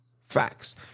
Facts